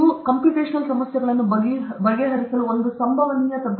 computational ಸಮಸ್ಯೆಗಳನ್ನು ಬಗೆಹರಿಸಲು ಇದು ಒಂದು ಸಂಭವನೀಯ ತಂತ್ರವಾಗಿದೆ